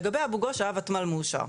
לגבי אבו-גוש היה ותמ"ל מאושר.